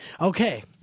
Okay